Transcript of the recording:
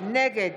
נגד